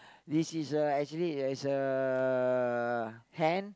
this is a actually it's a hand